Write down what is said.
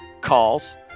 calls